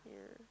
yeah